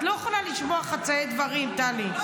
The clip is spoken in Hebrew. את לא יכולה לשמוע חצאי דברים, טלי.